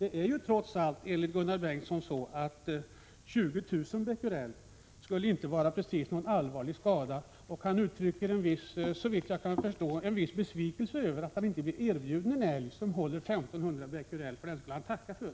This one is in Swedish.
Enligt Gunnar Bengtsson är det trots allt så att 20 000 Bq inte precis skulle utgöra någon allvarlig fara. Såvitt jag kan förstå uttrycker han en viss besvikelse över att han inte blir erbjuden en älg som håller 1 500 Bq, för den skulle han tacka för.